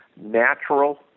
natural